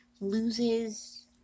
loses